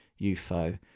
UFO